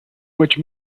which